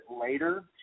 later